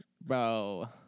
Bro